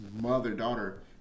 mother-daughter